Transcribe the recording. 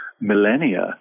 millennia